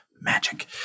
magic